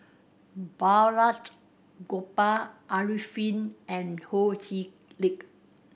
Balraj Gopal Arifin and Ho Chee Lick